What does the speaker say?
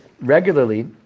regularly